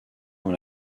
dans